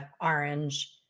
orange